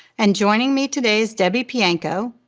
and joining me today is debbie pianko,